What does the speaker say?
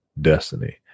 Destiny